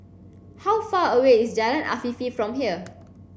how far away is Jalan Afifi from here